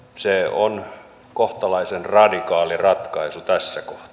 se on kohtalaisen radikaali ratkaisu tässä kohtaa